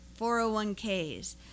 401ks